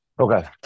Okay